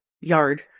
yard